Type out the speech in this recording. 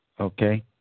okay